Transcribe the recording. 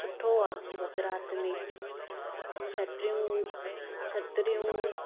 सुठो आहे गुजरात में छट्रियूं छतरियूं